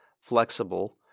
flexible